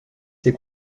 ses